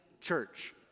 church